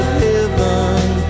heaven